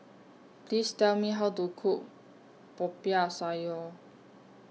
Please Tell Me How to Cook Popiah Sayur